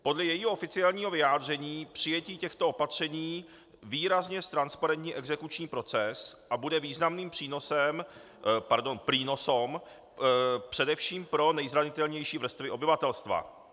Podle jejího oficiálního vyjádření přijetí těchto opatření výrazně ztransparentní exekuční proces a bude významným přínosem pardon, prínosom především pro nejzranitelnější vrstvy obyvatelstva.